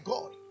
God